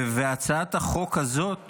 הצעת החוק הזאת